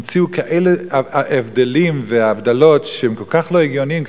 המציאו כאלה הבדלים והבדלות שהם כל כך לא הגיוניים,